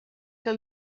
que